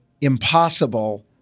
impossible